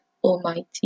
Almighty